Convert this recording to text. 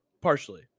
Partially